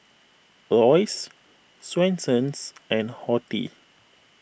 Royce Swensens and Horti